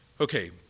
Okay